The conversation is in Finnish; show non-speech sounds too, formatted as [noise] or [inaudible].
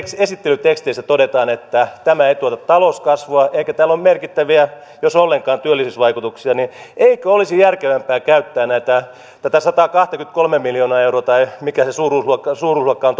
esittelyteksteissä todetaan että tämä ei tuota talouskasvua eikä tällä ole merkittäviä jos ollenkaan työllisyysvaikutuksia niin eikö olisi järkevämpää käyttää tätä sataakahtakymmentäkolmea miljoonaa euroa tai mikä se suuruusluokka on [unintelligible]